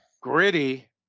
Gritty